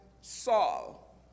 Saul